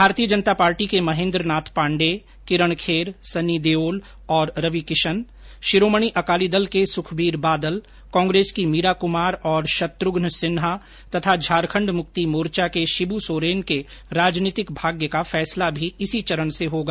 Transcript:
भारतीय जनता पार्टी के महेंद्रनाथ पांडेय किरण खेर सनी देओल और रविकिशन शिरोमणि अकाली दल के सुखबीर बादल कांग्रेस की मीरा कुमार और शत्रुघ्न सिन्हा तथा झारखंड मुक्ति मोर्चा के शिब् सोरेन के राजनीतिक भाग्य का फैसला भी इसी चरण से होगा